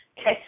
Okay